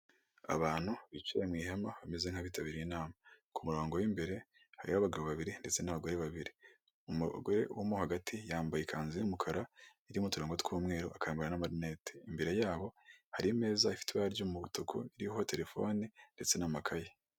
Abantu bicaye mu ihema bameze nk'abitabiriye inama, ku murongo w'imbere hari abagabo babiri ndetse n'abagore babiri, umugore wo hagati yambaye ikanzu y'umukara irimo u turongogo tw'umweru, akambara amanete, imbere yaho hari ameza ifite ibara ry'umutuku ririho telefone ndetse n'amakaye.